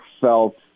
felt